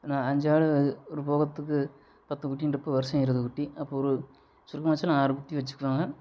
அஞ்சாடு ஒரு போகத்துக்கு பத்து குட்டின்றப்ப வருஷம் இருபது குட்டி அப்போ ஒரு சுருக்கமாச்சுனால் ஆறு குட்டி வெச்சிக்குவாங்க